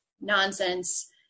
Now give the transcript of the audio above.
nonsense